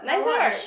nicer right